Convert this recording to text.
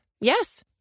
Yes